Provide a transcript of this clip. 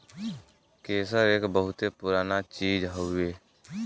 केसर एक बहुते पुराना चीज हउवे